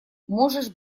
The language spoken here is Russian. можешь